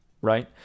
Right